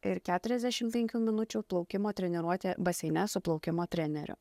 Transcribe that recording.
ir keturiasdešim penkių minučių plaukimo treniruotė baseine su plaukimo treneriu